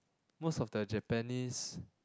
most of the Japanese